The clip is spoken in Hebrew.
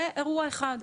זה אירוע אחד.